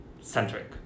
centric